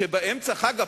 כשבאמצע חג הפסח,